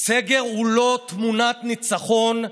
סגר הוא לא תמונת ניצחון,